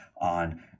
on